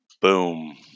boom